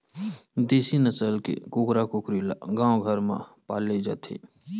देसी नसल के कुकरा कुकरी ल गाँव घर म पाले जाथे